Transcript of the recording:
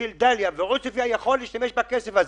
ושל דליית אל כרמל ועוספייה יוכלו להשתמש בכסף הזה?